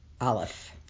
Aleph